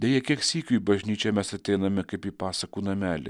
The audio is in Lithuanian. deja kiek sykių į bažnyčią mes ateiname kaip į pasakų namelį